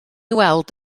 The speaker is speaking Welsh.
weld